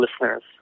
listeners